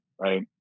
right